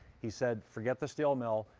he said forget the steal milk,